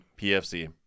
PFC